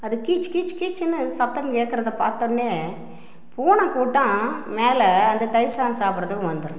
அது கீச் கீச் கீச்சுன்னு சத்தம் கேக்கறதை பார்த்தவொன்னே பூனை கூட்டம் மேலே அந்த தயிர் சாதம் சாப்பிட்றதுக்கு வந்துரும்